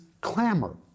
clamor